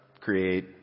create